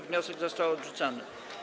Wniosek został odrzucony.